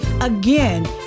Again